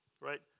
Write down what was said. right